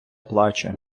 плаче